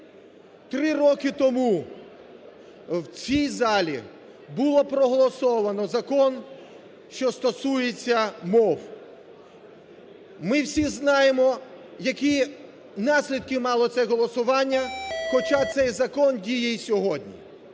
Три роки тому в цій залі було проголосовано закон, що стосується мов. Ми всі знаємо, які наслідки мало це голосування, хоча цей закон діє і сьогодні.